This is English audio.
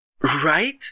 Right